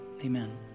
amen